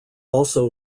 also